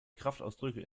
kraftausdrücke